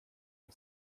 and